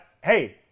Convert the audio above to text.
hey